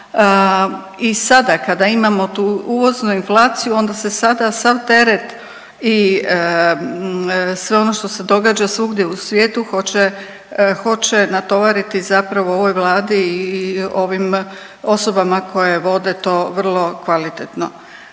i sada kada imamo tu uvoznu inflaciju onda se sada sav teret i sve ono što se događa svugdje u svijetu hoće natovariti zapravo ovoj Vladi i ovim osobama koje vode to vrlo kvalitetno.